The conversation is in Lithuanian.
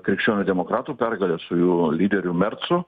krikščionių demokratų pergalė su jų lyderių mercu